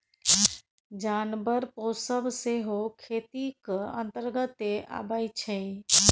जानबर पोसब सेहो खेतीक अंतर्गते अबै छै